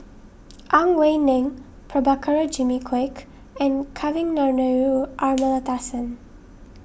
Ang Wei Neng Prabhakara Jimmy Quek and Kavignareru Amallathasan